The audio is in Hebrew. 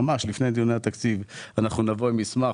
ממש לפני דיוני התקציב אנחנו נבוא עם מסמך,